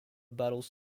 battles